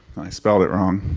and i spelled it wrong.